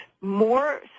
more